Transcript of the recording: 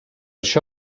això